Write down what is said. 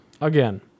Again